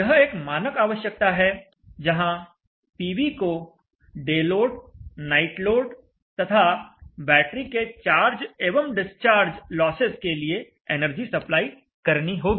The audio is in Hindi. यह एक मानक आवश्यकता है जहां पीवी को डे लोड नाइट लोड तथा बैटरी के चार्ज एवं डिस्चार्ज लॉसेस के लिए एनर्जी सप्लाई करनी होगी